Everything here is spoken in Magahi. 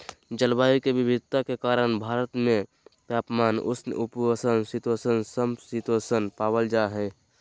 जलवायु के विविधता के कारण भारत में तापमान, उष्ण उपोष्ण शीतोष्ण, सम शीतोष्ण पावल जा हई